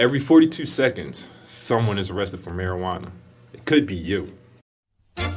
every forty two seconds someone is arrested for marijuana it could be you